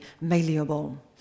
malleable